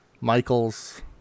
Michaels